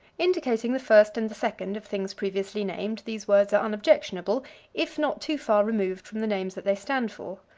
indicating the first and the second of things previously named, these words are unobjectionable if not too far removed from the names that they stand for.